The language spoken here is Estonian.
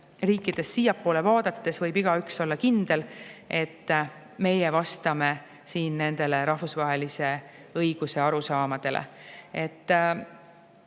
riikidest siiapoole vaadates võib igaüks olla kindel, et meie vastame nendele rahvusvahelise õiguse arusaamadele.